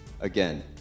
again